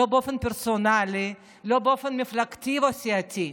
לא באופן פרסונלי, לא באופן מפלגתי או סיעתי.